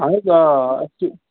اَہَن حظ آ اَسہِ چھِ